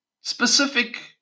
specific